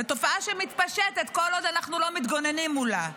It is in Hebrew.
זאת תופעה שמתפשטת כל עוד אנחנו לא מתגוננים מולה.